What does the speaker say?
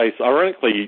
Ironically